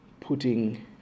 putting